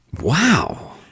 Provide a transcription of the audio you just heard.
Wow